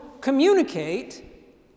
communicate